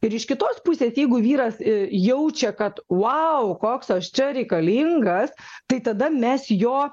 ir iš kitos pusės jeigu vyras jaučia kad vau koks aš čia reikalingas tai tada mes jo